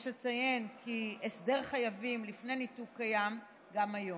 יש לציין כי הסדר חייבים לפני ניתוק קיים גם היום.